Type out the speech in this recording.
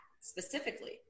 specifically